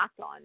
on